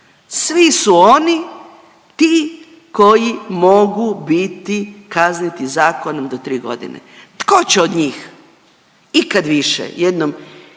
svi su oni ti koji mogu biti kazniti zakonom do tri godine. Tko će od njih ikad više